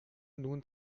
nun